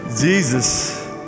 Jesus